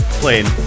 plane